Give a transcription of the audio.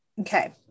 Okay